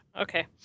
Okay